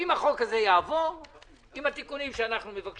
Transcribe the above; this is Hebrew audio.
אם החוק הזה יעבור עם התיקונים הנדרשים